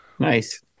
Nice